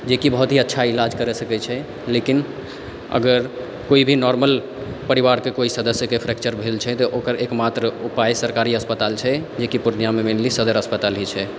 जेकि बहुत ही अच्छा ईलाज कर सकै छै लेकिन अगर कोइ भी नॉर्मल परिवारके कोइ सदस्यके फ्रैक्चर भेल छै तऽ ओकर एकमात्र उपाय सरकारी अस्पताल छै जेकि पूर्णियामे मैनली सदर अस्पताल ही छै